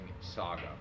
saga